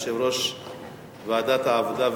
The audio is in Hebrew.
יושב-ראש ועדת העבודה,